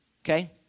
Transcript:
Okay